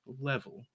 level